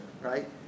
right